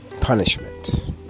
punishment